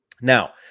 Now